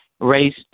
raised